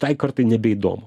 tai kartai nebeįdomu